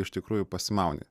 iš tikrųjų pasimauni